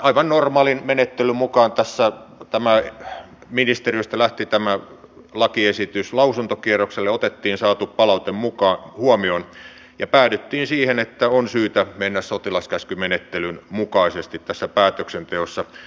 aivan normaalin menettelyn mukaan ministeriöstä lähti tämä lakiesitys lausuntokierrokselle otettiin saatu palaute huomioon ja päädyttiin siihen että on syytä mennä sotilaskäskymenettelyn mukaisesti tässä päätöksenteossa